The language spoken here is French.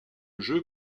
jeu